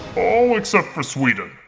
all except for sweden.